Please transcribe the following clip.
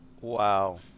Wow